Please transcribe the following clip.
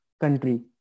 country